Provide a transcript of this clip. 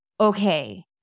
okay